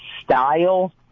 style